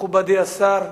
מכובדי השר,